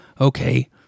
okay